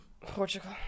Portugal